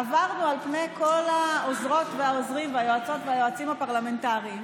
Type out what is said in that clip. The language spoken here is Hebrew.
עברנו על פני העוזרות והעוזרים והיועצות והיועצים הפרלמנטריים